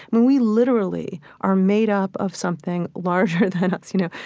and we literally are made up of something larger than us, you know?